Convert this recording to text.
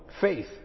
faith